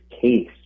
case